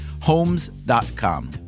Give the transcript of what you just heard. Homes.com